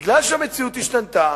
כי המציאות השתנתה,